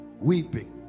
weeping